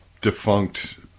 defunct